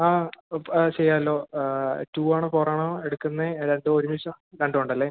ആ ചെയ്യാലോ ടൂ ആണോ ഫോറാണോ എടുക്കുന്നത് രണ്ടും ഒരുമിച്ചാണോ രണ്ടും ഉണ്ടല്ലേ